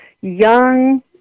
young